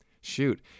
shoot